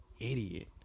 idiot